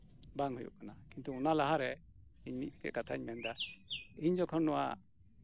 ᱵᱟᱝ ᱦᱳᱭᱳᱜ ᱠᱟᱱᱟ ᱠᱤᱱᱛᱩ ᱚᱱᱟ ᱞᱟᱦᱟᱨᱮ ᱢᱤᱫᱴᱟᱱ ᱠᱟᱛᱷᱟᱧ ᱢᱮᱱᱫᱟ ᱤᱧ ᱡᱚᱠᱷᱚᱱ ᱱᱚᱶᱟ